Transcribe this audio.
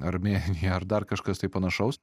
armėnija ar dar kažkas tai panašaus